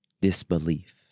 disbelief